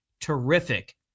terrific